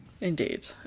Indeed